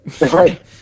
Right